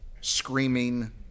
screaming